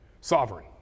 sovereign